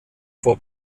vor